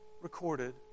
recorded